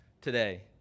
today